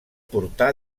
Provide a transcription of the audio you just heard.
portar